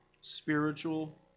spiritual